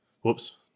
Whoops